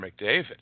McDavid